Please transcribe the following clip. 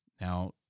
Now